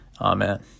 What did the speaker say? Amen